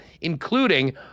including